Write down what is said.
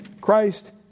Christ